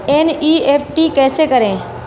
NEFT कैसे करें?